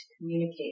communicate